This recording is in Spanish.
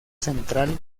central